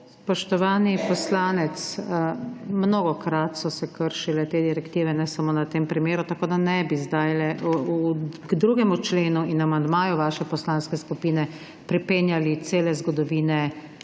Spoštovani poslanec, mnogokrat so se kršile te direktive, ne samo na tem primeru, tako da ne bi sedaj k 2. členu in amandmaju vaše poslanske skupine pripenjali cele zgodovine